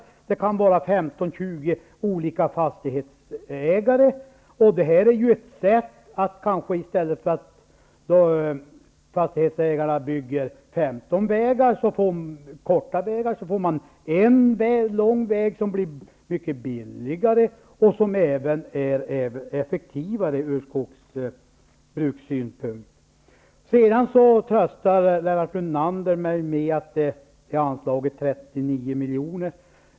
Om det finns 15--20 olika fastighetsägare finns möjligheten att de bygger 15 olika korta vägar. Detta är ett sätt att se till att man i stället får en lång väg, som blir mycket billigare och även effektivare från skogsbrukssynpunkt. Sedan tröstar Lennart Brunander mig med att det finns anslaget 39 miljoner.